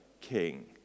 king